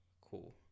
Cool